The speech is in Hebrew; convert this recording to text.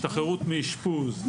השתחררות מהאשפוז,